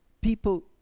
people